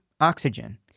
oxygen